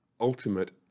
ultimate